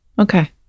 Okay